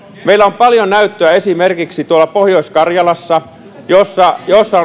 meillä on paljon näyttöä esimerkiksi pohjois karjalassa jossa jossa